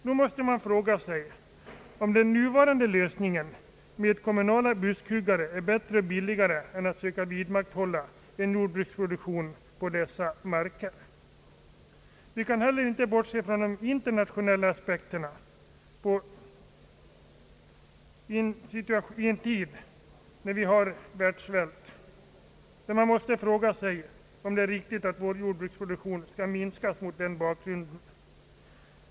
Nog måste man fråga sig om den nuvarande lösningen med »kommunala buskhuggare» är bättre och billigare än att söka vidmakthålla en jordbruksproduktion på dessa marker. Vi kan heller inte bortse från de internationella aspekterna i en tid då vi har världssvält. Man måste fråga sig om det är riktigt att vår jordbruksproduktion skall minskas mot den bakgrunden.